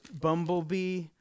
Bumblebee